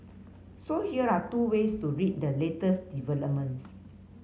so here are two ways to read the latest developments